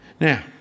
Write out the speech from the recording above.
Now